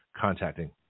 contacting